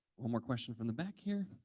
one more question from the back here.